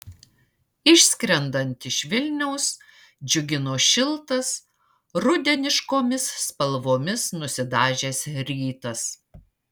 išskrendant iš vilniaus džiugino šiltas rudeniškomis spalvomis nusidažęs rytas